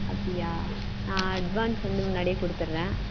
அப்படியா நான் அட்வான்ஸ் வந்து முன்னாடியே கொடுத்தட்றேன்